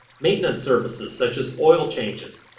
maintenance services such as oil changes,